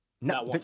no